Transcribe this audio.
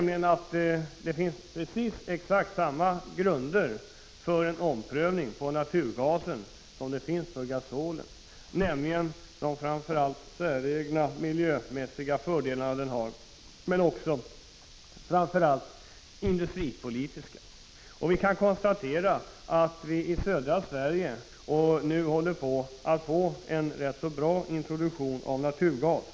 Jag tror att det finns exakt samma grunder för en omprövning där, nämligen framför allt de säregna miljömässiga fördelarna, men också de industripolitiska. Vi kan konstatera att vi i södra Sverige nu håller på att få en rätt bra introduktion av naturgas.